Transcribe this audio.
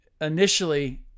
initially